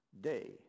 day